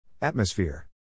Atmosphere